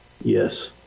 Yes